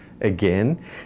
again